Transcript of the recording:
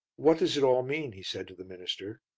what does it all mean? he said to the minister.